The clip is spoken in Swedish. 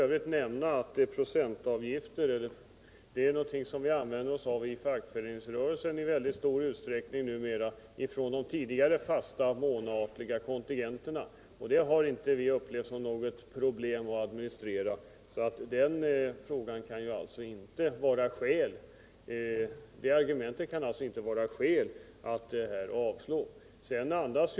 Jag kan nämna att procentavgifter är någonting vi använder oss av inom fackföreningsrörelsen i väldigt stor utsträckning numera i stället för de tidigare fasta månatliga kontingenterna. Att administrera procentavgifterna har vi inte upplevt såsom något problem. Det argumentet kan alltså inte vara något skäl för avslag.